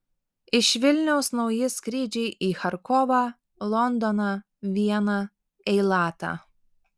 iš vilniaus nauji skrydžiai į charkovą londoną vieną eilatą